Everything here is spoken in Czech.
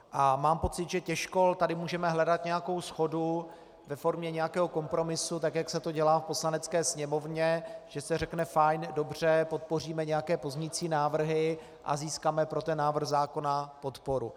A mám pocit, že těžko tady můžeme hledat nějakou shodu ve formě nějakého kompromisu, tak jak se to dělá v Poslanecké sněmovně, že se řekne fajn, dobře, podpoříme nějaké pozměňující návrhy a získáme pro ten návrh zákona podporu.